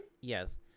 Yes